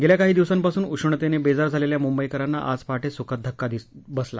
गेल्या काही दिवसांपासून उष्णतेने बेजार झालेल्या मुंबईकरांना आज पहाटे सुखद धक्का मिळाला